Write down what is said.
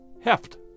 heft